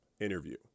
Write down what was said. Interview